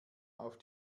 auf